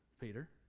Peter